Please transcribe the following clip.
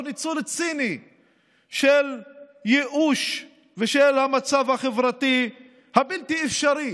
ניצול ציני של ייאוש ושל המצב החברתי הבלתי-אפשרי